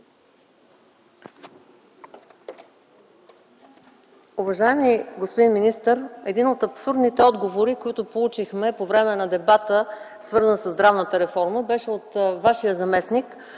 Уважаеми господин министър, един от абсурдните отговори, който получихме по време на дебата, свързан със здравната реформа, беше от Вашия заместник,